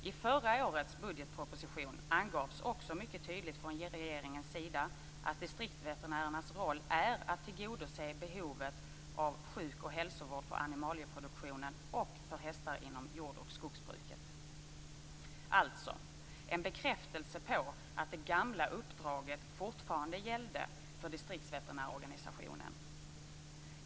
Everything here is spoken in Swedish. I förra årets budgetproposition angavs också mycket tydligt från regeringens sida att distriktsveterinärernas roll är att tillgodose behovet av sjuk och hälsovård för animalieproduktionen och för hästar inom jord och skogsbruket, alltså en bekräftelse på att det gamla uppdraget fortfarande gällde för distriktsveterinärorganisationen.